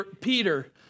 Peter